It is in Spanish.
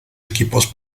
equipos